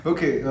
Okay